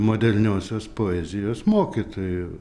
moderniosios poezijos mokytoju